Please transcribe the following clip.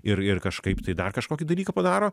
ir ir kažkaip tai dar kažkokį dalyką padaro